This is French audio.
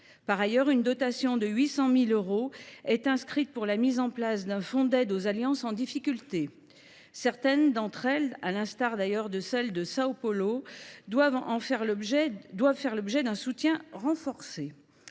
Par ailleurs, une dotation de 800 000 euros est inscrite pour la mise en place d’un fonds d’aide aux alliances en difficulté. Certaines d’entre elles, à l’instar de celle de São Paulo, doivent en effet faire l’objet d’un soutien renforcé.